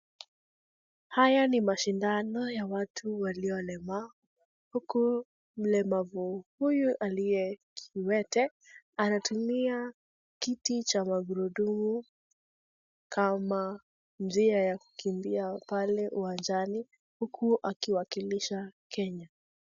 Haya ni mashindano ya watu waliolemaa huku mlemavu huyu aliye kiwete anatumia kiti cha magurudumu kama njia ya kukimbia pale uwanjani huku akiwakilisha kenya.